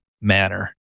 manner